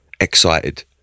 excited